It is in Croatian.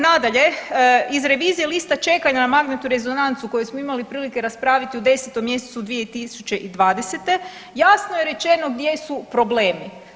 Nadalje, iz revizije lista čekanja na magnetnu rezonancu koje smo imali prilike raspraviti u 10. mjesecu 2020. jasno je rečeno gdje su problemi.